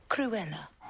Cruella